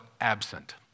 absent